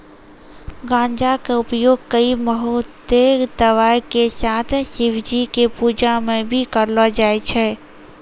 गांजा कॅ उपयोग कई बहुते दवाय के साथ शिवजी के पूजा मॅ भी करलो जाय छै